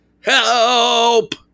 Help